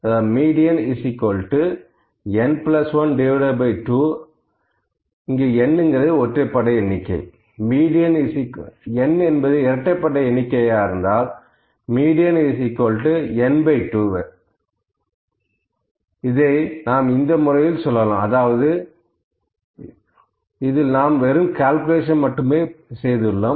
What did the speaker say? Median n12th value n is odd n ஒற்றைப்படை எண்ணிக்கை Median n2th value n is even n இரட்டைப்படை எண்ணிக்கை இதில் நான் வெறும் கால்குலேஷன் மட்டுமே செய்துள்ளேன்